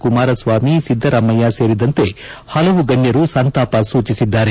ಕುಮಾರಸ್ವಾಮಿ ಸಿದ್ದರಾಮಯ್ಯ ಸೇರಿದಂತೆ ಹಲವು ಗಣ್ಯರು ಸಂತಾಪ ಸೂಚಿಸಿದ್ದಾರೆ